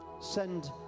send